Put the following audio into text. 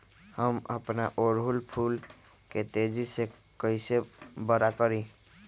हम अपना ओरहूल फूल के तेजी से कई से बड़ा करी?